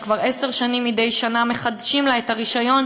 שכבר עשר שנים מדי שנה מחדשים לה את הרישיון